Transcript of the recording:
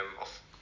off